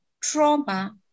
trauma